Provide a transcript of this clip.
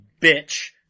bitch